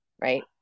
right